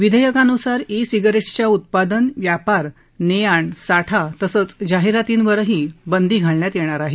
विधेयकानुसार ई सिगारेट्सच्या उत्पादन व्यापार ने आण साठा तसंच जाहीरातींवर बंदी घालण्यात येणार आहे